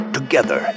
Together